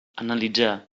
analitzar